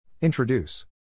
Introduce